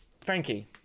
Frankie